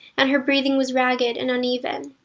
and her breathing was ragged and uneven.